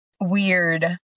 Weird